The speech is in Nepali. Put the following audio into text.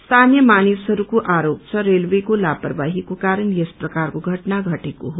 स्थानीय मानिसहरूको आरोप छ रेलवेका लापखाहीको क्वरण यस प्रकारको घटना घटेको हो